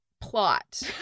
Plot